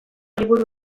liburu